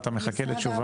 אתה לא חשמלאי.